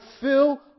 fill